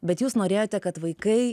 bet jūs norėjote kad vaikai